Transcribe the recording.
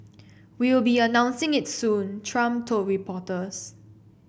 we'll be announcing it soon Trump told reporters